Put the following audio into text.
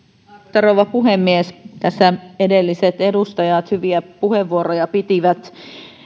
rouva puhemies tässä edelliset edustajat pitivät hyviä puheenvuoroja